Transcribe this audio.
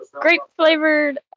grape-flavored